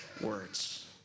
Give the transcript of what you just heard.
words